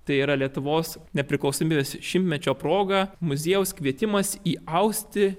tai yra lietuvos nepriklausomybės šimtmečio proga muziejaus kvietimas į austi